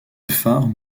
phare